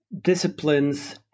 disciplines –